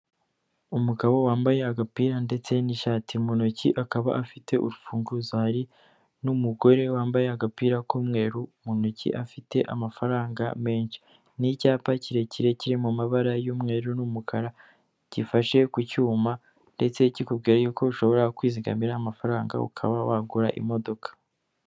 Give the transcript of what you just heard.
Umugabo wambaye agapira ndetse n'ishati, mu ntoki akaba afite urufunguzo, hari n'umugore wambaye agapira k'umweru mu ntoki afite amafaranga menshi, n'icyapa kirekire kiri mu mabara y'umweru n'umukara gifashe ku cyuma, ndetse kikubwira yuko ushobora kwizigamira amafaranga ukaba wagura imodoka.